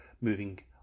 moving